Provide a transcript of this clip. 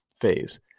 phase